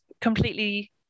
completely